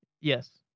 Yes